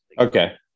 Okay